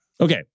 Okay